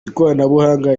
ikoranabuhanga